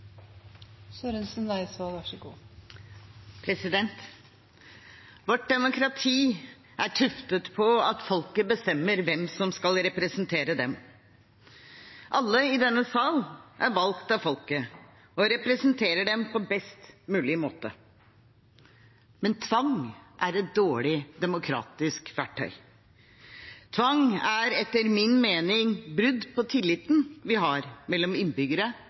Vårt demokrati er tuftet på at folket bestemmer hvem som skal representere dem. Alle i denne sal er valgt av folket og representerer dem på best mulig måte. Men tvang er et dårlig demokratisk verktøy. Tvang er etter min mening brudd på tilliten vi har mellom